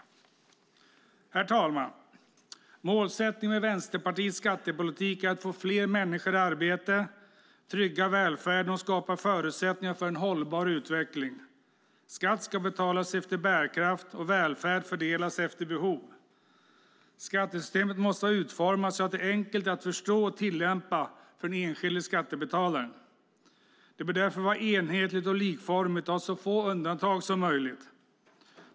Herr talman! Målsättningen med Vänsterpartiets skattepolitik är att få fler människor i arbete, trygga välfärden och skapa förutsättningar för en hållbar utveckling. Skatt ska betalas efter bärkraft och välfärd fördelas efter behov. Skattesystemet måste vara utformat så att det är enkelt att förstå och tillämpa för den enskilda skattebetalaren. Det bör därför vara enhetligt och likformigt och ha så få undantag som möjligt.